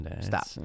Stop